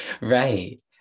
right